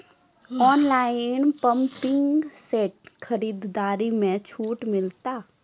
Online pumping set खरीदारी मे छूट मिलता?